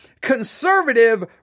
conservative